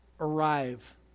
arrive